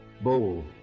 Bold